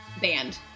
band